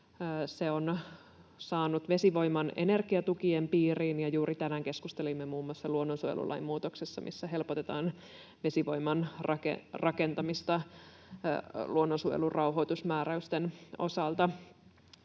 Se on saanut vesivoiman energiatukien piiriin, ja juuri tänään keskustelimme muun muassa luonnonsuojelulain muutoksesta, missä helpotetaan vesivoiman rakentamista luonnonsuojelun rauhoitusmääräysten osalta.